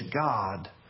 God